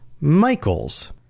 Michaels